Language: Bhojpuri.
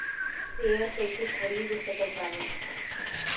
शेयर कइसे खरीद सकत बानी?